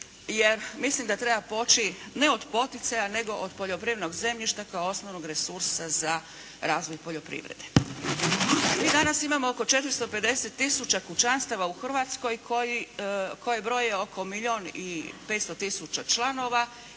jer mislim da treba poći ne od poticaja nego od poljoprivrednog zemljišta kao osnovnog resursa za razvoj poljoprivrede. Mi danas imamo oko 450 tisuća kućanstava u Hrvatskoj koje broje oko milijun